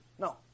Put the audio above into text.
No